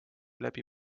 läbi